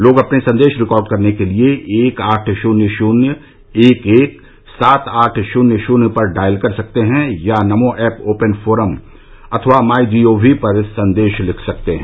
लोग अपने संदेश रिकॉर्ड करने के लिए एक आठ शुन्य शुन्य एक एक सात आठ शुन्य शुन्य पर डायल कर सकते हैं या नमो ऐप ओपन फोरम अथवा माई जी ओ वी पर संदेश लिख सकते हैं